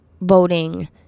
voting